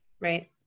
right